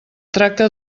tracta